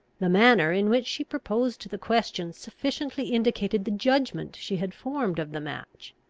the manner in which she proposed the question, sufficiently indicated the judgment she had formed of the match.